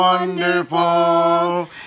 Wonderful